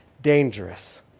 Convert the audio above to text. dangerous